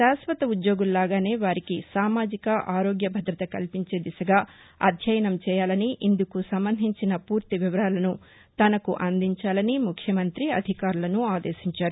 శాశ్వత ఉద్యోగుల లాగానే వారికి సామాజిక ఆరోగ్య భద్రత కల్పించే దిశగా అధ్యయనం చేయాలనీ ఇందుకు సంబంధించిన ఫూర్తి వివరాలను తనకు అందించాలని ముఖ్యమంతి ఆదేశించారు